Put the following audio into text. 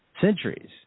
centuries